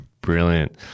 Brilliant